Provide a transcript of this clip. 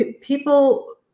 People